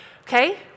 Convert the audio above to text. okay